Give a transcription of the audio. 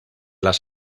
las